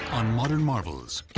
on modern marvels.